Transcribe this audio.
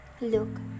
Look